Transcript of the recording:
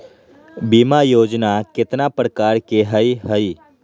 बीमा योजना केतना प्रकार के हई हई?